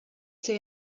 say